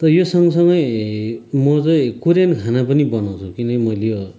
त यो सँगसँगै म चाहिँ कोरियन खाना पनि बनाउँछु किनकि मैले यो